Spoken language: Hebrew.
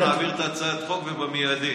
אנחנו נעביר את הצעת החוק ובמיידי,